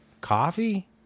Coffee